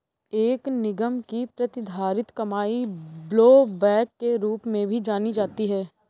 एक निगम की प्रतिधारित कमाई ब्लोबैक के रूप में भी जानी जाती है